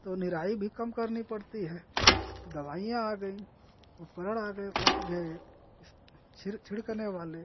तो निराई भी कम करनी पड़ती है दवाइयाँ आ गईं उपकरण आ गए गए इस छिर छिड़कने वाले